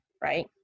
right